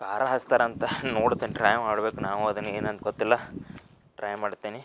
ಖಾರ ಹಚ್ತಾರಂತೆ ನೋಡ್ತೀನಿ ಟ್ರೈ ಮಾಡಬೇಕು ನಾವು ಅದನ್ನು ಏನಂತ ಗೊತ್ತಿಲ್ಲ ಟ್ರೈ ಮಾಡ್ತೇನೆ